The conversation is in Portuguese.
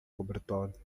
cobertor